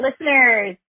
listeners